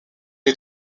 les